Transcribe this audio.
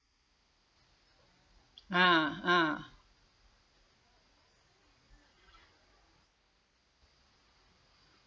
ah ah